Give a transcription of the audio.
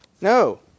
No